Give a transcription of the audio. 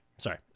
Sorry